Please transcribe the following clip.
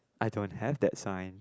I don't have that sign